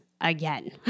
again